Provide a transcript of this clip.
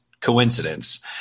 coincidence